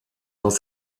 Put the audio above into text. dans